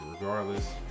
regardless